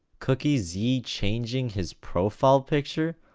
cookiezi changing his profile picture.